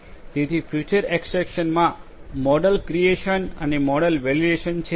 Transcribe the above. જેથી feature extraction માં આ મોડેલ ક્રિએશન અને મોડેલ વેલિડેશન છે